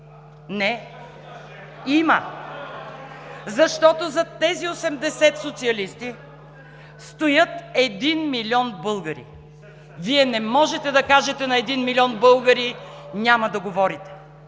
Не, има. Защото зад тези осемдесет социалисти стоят един милион българи. Вие не можете да кажете на един милион българи: „няма да говорите!“.